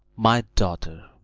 my daughter!